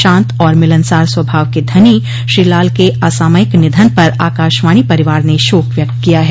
शान्त और मिलनसार स्वाभाव के धनी श्री लाल के असामयिक निधन पर आकाशवाणी परिवार ने शोक व्यक्त किया है